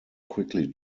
quickly